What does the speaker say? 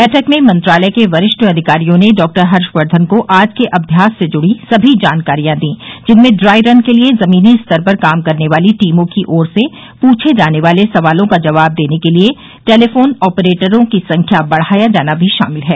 बैठक में मंत्रालय के वरिष्ठ अधिकारियों ने डॉ हर्षवर्धन को आज के अम्यास से जुड़ी सभी जानकारियां दीं जिनमें ड्राई रन के लिए जमीनी स्तर पर काम करने वाली टीमों की ओर से पूछे जाने वाले सवालों का जवाब देने के लिए टेलीफोन ऑपरेटरों की संख्या बढ़ाया जाना भी शामिल है